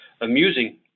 amusing